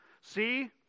See